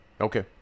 Okay